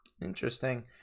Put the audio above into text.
interesting